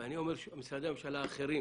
אני אומר שמשרדי הממשלה האחרים